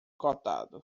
cotado